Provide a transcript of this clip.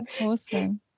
awesome